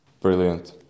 Brilliant